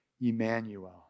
Emmanuel